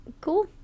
Cool